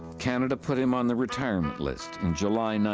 canada put him on the retirement list in july,